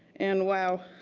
and wow.